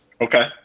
Okay